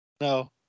No